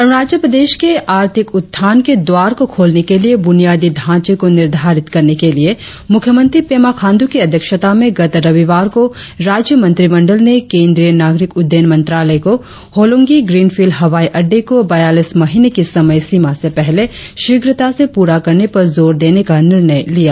अरुणाचल प्रदेश के आर्थिक उत्थान के द्वार को खोलने के लिए बुनियादी ढांचे को निर्धारित करने के लिए मुख्यमंत्री पेमा खांड्र की अध्यक्षता में गत रविवार को राज्य मंत्रिमंडल ने केंद्रीय नागरिक अड़डयन मंत्रालय को होलोंगी ग्रीनफील्ड हवाई अड्डे को बयालीस महीने की समय सीमा से पहले शीघ्रता से पूरा करने पर जोर देने का निर्णय लिया